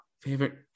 Favorite